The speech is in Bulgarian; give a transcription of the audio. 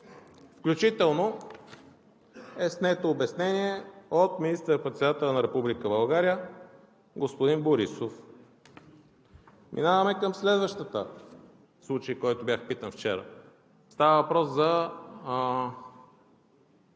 включително е снето обяснение от министър-председателя на Република България господин Борисов. Минаваме към следващия случай, за който бях питан вчера. Става въпрос за